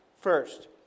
First